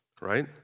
right